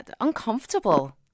uncomfortable